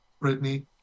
Brittany